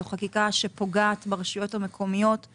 זו חקיקה שפוגעת ברשויות המקומיות;